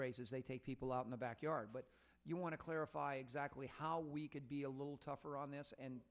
raises they take people out in the backyard but you want to clarify exactly how we could be a little tougher on this and